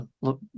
look